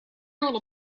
little